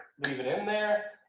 leave it in there,